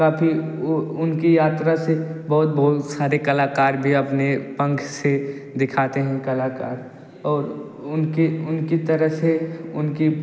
काफ़ी ओ उनकी यात्रा से बहुत बहुत सारे कलाकार भी अपने पंख से दिखाते हैं कलाकार और उनकी उनकी तरह से उनकी